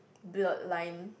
blurred line